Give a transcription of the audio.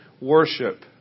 worship